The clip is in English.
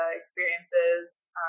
experiences